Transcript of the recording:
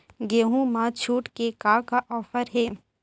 गेहूँ मा छूट के का का ऑफ़र हे?